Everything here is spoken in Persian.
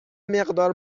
مقدار